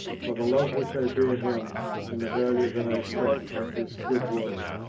for the love which i bear him and the value that i set on his good word.